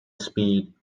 speed